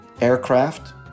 aircraft